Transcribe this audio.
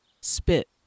Spit